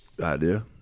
idea